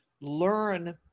learn